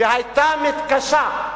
והיתה מתקשה,